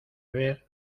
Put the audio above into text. ver